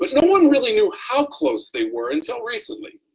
but no one really knew how close they were until recently.